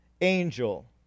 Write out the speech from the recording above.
angel